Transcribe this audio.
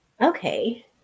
okay